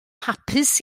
hapus